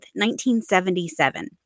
1977